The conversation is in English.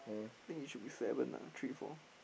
think it should be seven ah three four